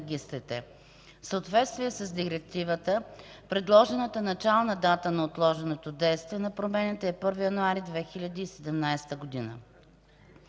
съответствие с Директивата, предложената начална дата на отложеното действие на промените е 1 януари 2017 г.